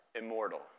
Immortal